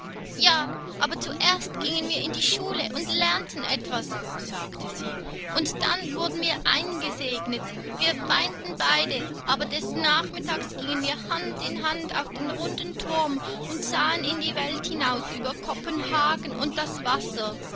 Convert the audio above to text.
ja aber zuerst gingen wir in die schule und lernten etwas sagte sie und dann wurden wir eingesegnet wir weinten beide aber des nachmittags gingen wir hand in hand auf den runden turm und sahen in die welt hinaus über kopenhagen und das wasser